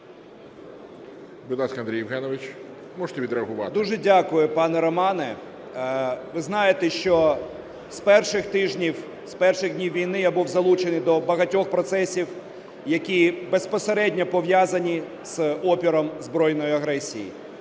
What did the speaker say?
Дуже дякую, пане Романе. Ви знаєте, що з перших тижнів, з перших днів війни я був залучений до багатьох процесів, які безпосередньо пов'язані з опором збройній агресії.